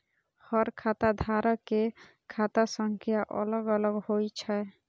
हर खाता धारक के खाता संख्या अलग अलग होइ छै